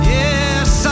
yes